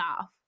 off